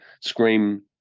Scream